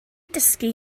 dysgu